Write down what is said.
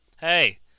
Hey